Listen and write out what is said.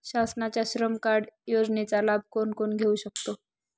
शासनाच्या श्रम कार्ड योजनेचा लाभ कोण कोण घेऊ शकतो?